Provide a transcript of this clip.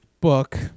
book